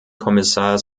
kommissar